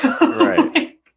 Right